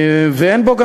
וגם אין בו,